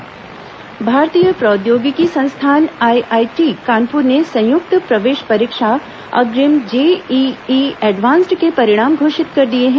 JEE advance परिणाम भारतीय प्रौद्योगिकी संस्थान आईआईटी कानपुर ने संयुक्त प्रवेश परीक्षा अग्रिम जेईई एडवांस्ड के परिणाम घोषित कर दिए हैं